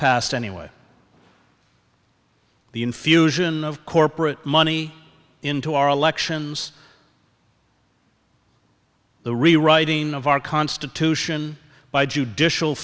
past anyway the infusion of corporate money into our elections the rewriting of our constitution by judicial